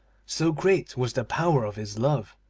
so great was the power of his love.